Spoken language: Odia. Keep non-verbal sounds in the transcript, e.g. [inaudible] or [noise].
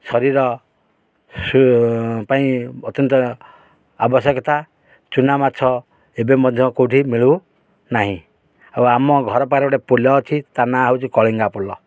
ଶରୀର [unintelligible] ପାଇଁ ଅତ୍ୟନ୍ତ ଆବଶ୍ୟକତା ଚୁନାମାଛ ଏବେ ମଧ୍ୟ କେଉଁଠି ମିଳୁନାହିଁ ଆଉ ଆମ ଘର ପାଖରେ ଗୋଟେ ପୋଲ ଅଛି ତା ନାଁ ହେଉଛି କଳିଙ୍ଗା ପୋଲ